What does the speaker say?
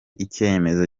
icyemezo